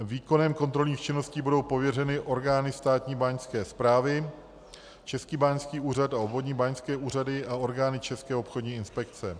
Výkonem kontrolních činností budou pověřeny orgány Státní báňské správy, Český báňský úřad a obvodní báňské úřady a orgány České obchodní inspekce.